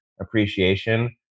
appreciation